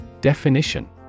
Definition